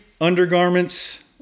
undergarments